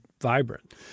vibrant